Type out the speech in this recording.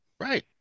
right